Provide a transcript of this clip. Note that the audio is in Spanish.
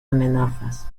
amenazas